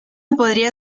podrá